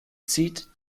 zieht